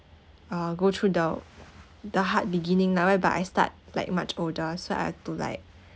uh go through the the hard beginning now eh but I start like much older so I had to like